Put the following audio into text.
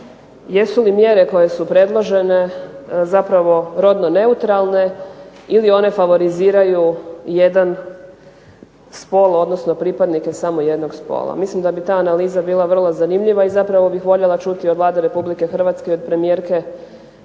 jesu li mjere koje su predložene zapravo rodno neutralne ili one favoriziraju jedan spol odnosno pripadnike samo jednog spola. Mislim da bi ta analiza bila vrlo zanimljiva i zapravo bih voljela čuti od Vlada Republike Hrvatske, premijerke